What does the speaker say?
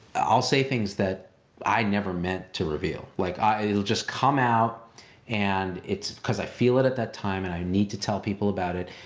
i'll say things that i never meant to reveal. like it'll just come out and it's because i feel it at that time and i need to tell people about it.